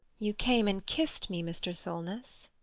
you came and kissed me, mr. solness.